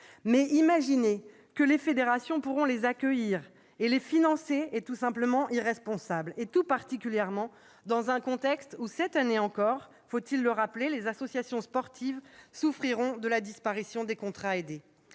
imaginer que les fédérations pourront les accueillir et les financer est tout simplement irresponsable, tout particulièrement dans un contexte où, cette année encore- faut-il le rappeler ?-, les associations sportives souffriront de la disparition des contrats aidés.